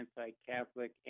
anti-Catholic